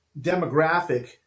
demographic